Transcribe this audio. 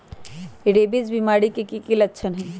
rabies बीमारी के कि कि लच्छन हई